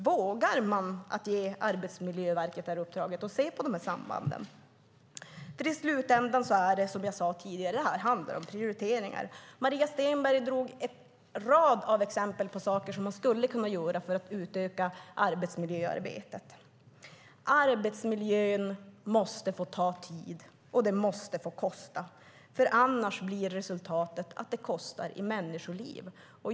Vågar man ge Arbetsmiljöverket uppdraget att se på sambanden? I slutändan handlar det nämligen, som jag sade tidigare, om prioriteringar. Maria Stenberg drog en rad exempel på saker man skulle kunna göra för att utöka arbetsmiljöarbetet. Arbetsmiljön måste få ta tid, och den måste få kosta. Annars blir resultatet att det kostar i människoliv.